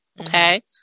Okay